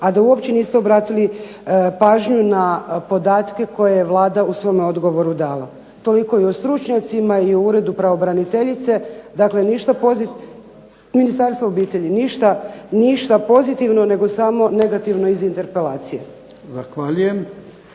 a da uopće niste obratili pažnju na podatke koje je Vlada u svojem odgovoru dala. Toliko i o stručnjacima i o uredu pravobraniteljice, dakle ništa pozitivno, Ministarstvo obitelji ništa pozitivno nego samo negativno iz interpelacije.